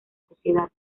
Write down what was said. sociedad